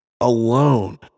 alone